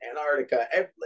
Antarctica